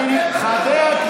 אני מתחרה על,